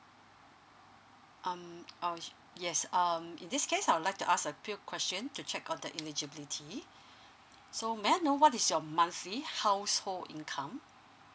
um oh yes um in this case I would like to ask a few questions to check on the eligibility so may I know what is your monthly household income